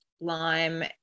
lime